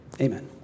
Amen